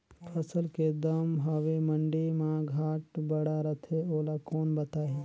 फसल के दम हवे मंडी मा घाट बढ़ा रथे ओला कोन बताही?